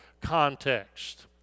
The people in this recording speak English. context